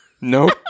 Nope